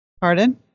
Pardon